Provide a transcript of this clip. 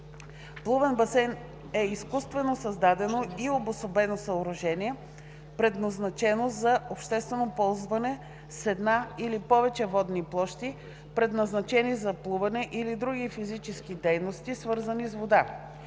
„Плувен басейн“ е изкуствено създадено и обособено съоръжение, предназначено за обществено ползване, с една или повече водни площи, предназначени за плуване или други физически дейности, свързани с вода.